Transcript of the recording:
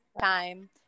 time